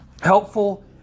helpful